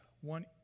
one